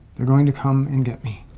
they're going to come and get me.